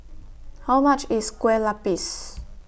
How much IS Kueh Lapis